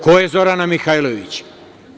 Ko je Zorana Mihajlović?